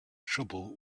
trouble